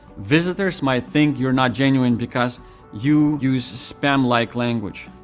visitors might think you're not genuine because you use spam-like language.